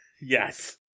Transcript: Yes